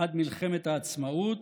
עד מלחמת העצמאות,